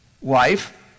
wife